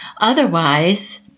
Otherwise